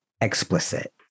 explicit